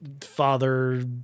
father